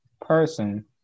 person